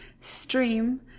stream